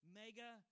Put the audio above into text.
mega